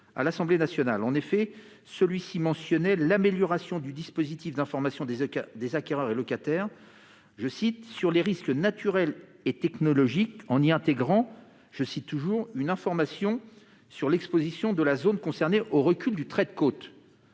à l'Assemblée nationale. En effet, cet alinéa mentionnait l'amélioration du dispositif d'information des acquéreurs et locataires de biens immobiliers « sur les risques naturels et technologiques [...] en y intégrant une information sur l'exposition de la zone concernée au recul du trait de côte